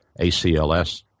ACLS